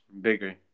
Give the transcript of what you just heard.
bigger